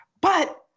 But-